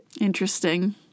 interesting